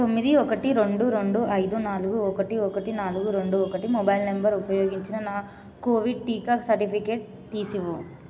తొమ్మిది ఒకటి రెండు రెండు ఐదు నాలుగు ఒకటి ఒకటి నాలుగు రెండు ఒకటి మొబైల్ నంబర్ ఉపయోగించిన నా కోవిడ్ టీకా సర్టిఫికేట్ తీసివ్వు